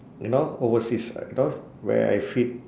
you know overseas know where I feed